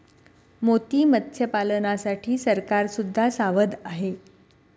मोती मत्स्यपालनासाठी सरकार सुद्धा सावध आहे